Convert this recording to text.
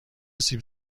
سیب